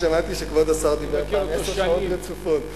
אני שמעתי שכבוד השר דיבר פעם עשר שעות רצופות.